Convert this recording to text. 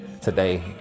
today